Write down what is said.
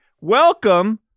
Welcome